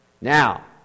Now